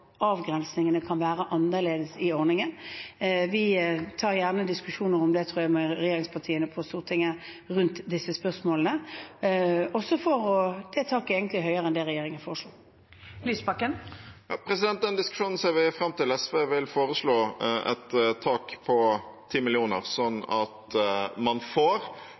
avgrensningene kan være annerledes i ordningen. Vi tar gjerne diskusjoner, tror jeg, med regjeringspartiene på Stortinget rundt disse spørsmålene, også fordi taket egentlig er høyere enn det regjeringen foreslo. Audun Lysbakken – til oppfølgingsspørsmål. Den diskusjonen ser vi fram til. SV vil foreslå et tak på 10 mill. kr, sånn at man får